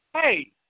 Hey